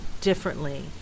differently